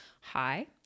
Hi